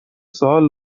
سوال